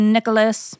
Nicholas